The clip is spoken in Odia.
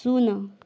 ଶୂନ